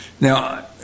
Now